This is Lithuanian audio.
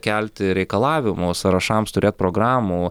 kelti reikalavimų sąrašams turėt programų